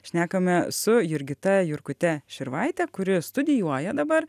šnekame su jurgita jurkute širvaite kuri studijuoja dabar